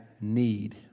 need